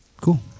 cool